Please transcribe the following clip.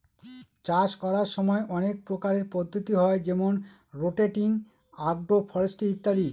চাষ করার সময় অনেক প্রকারের পদ্ধতি হয় যেমন রোটেটিং, আগ্র ফরেস্ট্রি ইত্যাদি